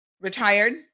retired